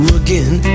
again